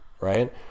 right